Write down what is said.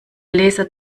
laser